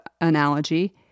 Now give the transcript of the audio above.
analogy